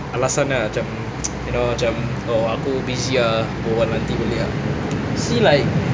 alasan ah macam you know macam oh aku busy ah berbual nanti boleh tak see like